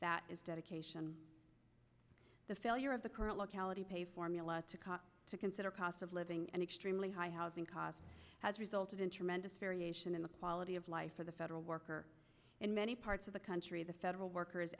that is dedication the failure of the current locality pay formula to cause to consider cost of living and extremely high housing costs has resulted in tremendous variation in the quality of life for the federal worker in many parts of the country the federal workers